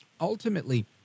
ultimately